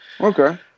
Okay